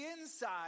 inside